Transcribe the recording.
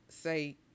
say